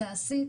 תעשי,